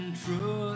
true